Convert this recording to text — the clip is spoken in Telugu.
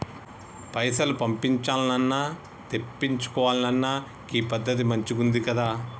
పైసలు పంపించాల్నన్నా, తెప్పిచ్చుకోవాలన్నా గీ పద్దతి మంచిగుందికదా